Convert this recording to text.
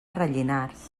rellinars